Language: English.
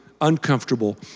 uncomfortable